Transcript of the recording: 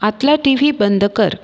आतला T V बंद कर